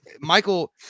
Michael